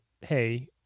hey